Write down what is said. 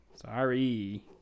Sorry